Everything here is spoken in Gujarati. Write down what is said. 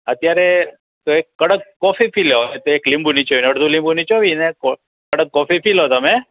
અત્યારે તો એક કડક કોફી પી લો એક લીંબુ નીચોવી અડધું લીંબુ નીચોવી ને એક કડક કોફી પી લો તમે